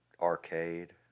arcade